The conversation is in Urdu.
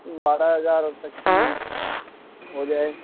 بارہ ہزار تک کی ہو جائے